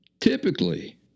Typically